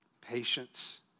patience